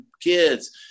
kids